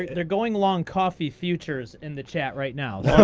they're going long coffee futures in the chat right now.